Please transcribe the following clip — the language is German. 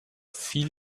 viel